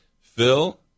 Phil